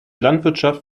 landwirtschaft